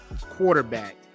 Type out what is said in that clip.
quarterback